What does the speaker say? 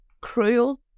cruel